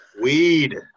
Weed